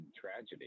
tragedy